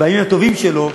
בימים הטובים שלו,